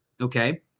okay